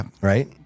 right